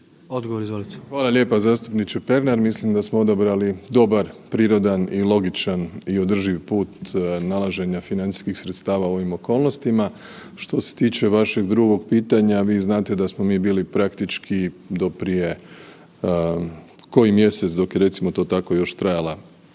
Andrej (HDZ)** Hvala lijepa zastupniče Pernar. Mislim da smo odabrali dobar, prirodan i logičan i održiv put nalaženja financijskih sredstva u ovim okolnostima. Što se tiče vašeg drugog pitanja, vi znate da smo mi bili praktički do prije koji mjesec dok je recimo to tako, još trajala